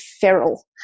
feral